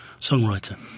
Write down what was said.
songwriter